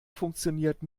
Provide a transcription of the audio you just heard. funktioniert